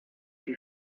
die